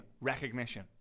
recognition